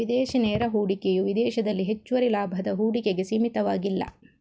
ವಿದೇಶಿ ನೇರ ಹೂಡಿಕೆಯು ವಿದೇಶದಲ್ಲಿ ಹೆಚ್ಚುವರಿ ಲಾಭದ ಹೂಡಿಕೆಗೆ ಸೀಮಿತವಾಗಿಲ್ಲ